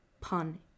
Pun